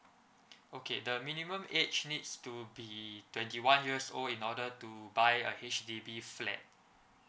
okay the minimum age needs to be twenty one years old in order to buy a H_D_B flat